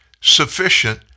Sufficient